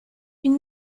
une